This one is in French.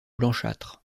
blanchâtres